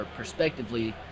perspectively